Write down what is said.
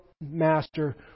master